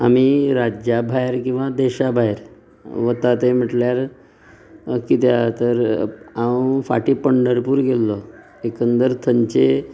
आमी राज्या भायर किंवां देशा भायर वता ते म्हटल्यार कित्याक तर हांव फाटी पंढरपूर गेल्लो एकंदर थंयचे